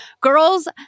Girls